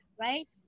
right